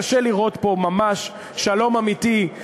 קשה לראות פה ממש שלום אמיתי.